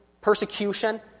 persecution